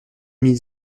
mille